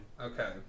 Okay